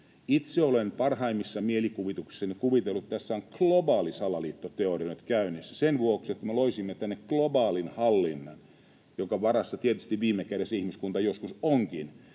Itse olen parhaimmissa mielikuvituksissani kuvitellut, että tässä on globaali salaliittoteoria nyt käynnissä sen vuoksi, että me loisimme tänne globaalin hallinnon, jonka varassa tietysti viime kädessä ihmiskunta joskus onkin,